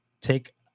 take